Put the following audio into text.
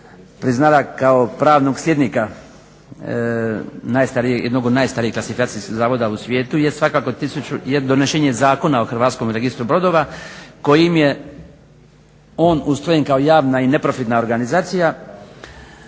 priznala kao pravnog slijednika jednog od najstarijih klasifikacijskih zavoda u svijetu je svakako donesen je zakon o HRB-u kojim je on ustrojen kao javna i neprofitna organizacija